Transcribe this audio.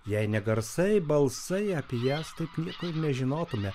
jei ne garsai balsai apie jas taip nieko ir nežinotume